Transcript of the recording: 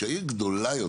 כי הרי כשהעיר גדולה יותר,